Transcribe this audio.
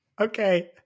Okay